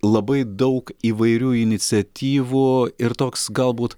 labai daug įvairių iniciatyvų ir toks galbūt